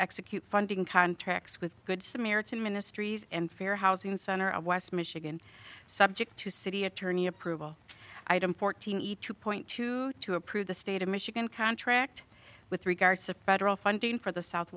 execute funding contracts with good samaritan ministries and fair housing center of west michigan subject to city attorney approval item fortini two point two to approve the state of michigan contract with regards to federal funding for the south